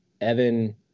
evan